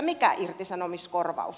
mikä irtisanomiskorvaus